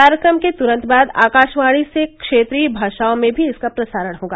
कार्यक्रम के तुरंत बाद आकाशवाणी से क्षेत्रीय भाषाओं में भी इसका प्रसारण होगा